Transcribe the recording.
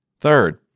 Third